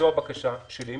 זו הבקשה שלי.